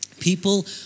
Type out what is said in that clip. People